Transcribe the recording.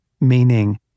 Meaning